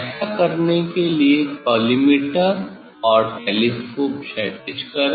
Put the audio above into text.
ऐसा करने के लिए कॉलीमेटर और टेलीस्कोप क्षैतिज करें